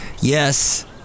Yes